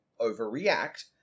overreact